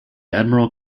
admiral